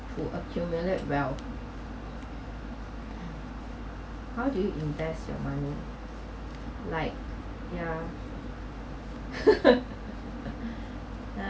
who accumulate well how do you invest your money like ya ya